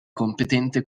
competente